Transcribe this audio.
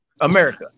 America